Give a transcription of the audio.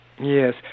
Yes